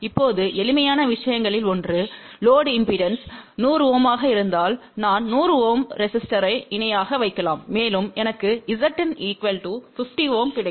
இப்போது எளிமையான விஷயங்களில் ஒன்று லோடு இம்பெடன்ஸ் 100 Ω ஆக இருந்தால் நான் 100 Ω ரெஸிஸ்டோரை இணையாக வைக்கலாம் மேலும் எனக்கு Zin 50 Ω கிடைக்கும்